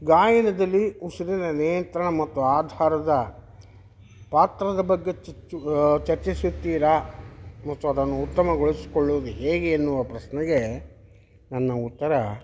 ಗಾಯನದಲ್ಲಿ ಉಸಿರಿನ ನಿಯಂತ್ರಣ ಮತ್ತು ಆಧಾರದ ಪಾತ್ರದ ಬಗ್ಗೆ ಚಚ್ಚು ಚರ್ಚಿಸುತ್ತೀರಾ ಮತ್ತು ಅದನ್ನು ಉತ್ತಮಗೊಳಿಸ್ಕೊಳ್ಳುವುದು ಹೇಗೆ ಎನ್ನುವ ಪ್ರಶ್ನೆಗೆ ನನ್ನ ಉತ್ತರ